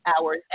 hours